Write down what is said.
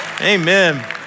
Amen